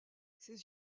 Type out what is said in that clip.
ses